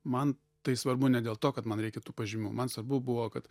man tai svarbu ne dėl to kad man reikia tų pažymių man svarbu buvo kad